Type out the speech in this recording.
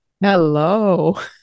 Hello